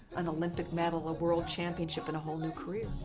an olympic medal, a world championship, and a whole new career.